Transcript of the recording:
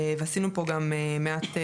ועשינו פה גם מעט שינויים,